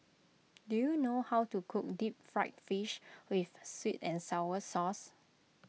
do you know how to cook Deep Fried Fish with Sweet and Sour Sauce